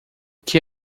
que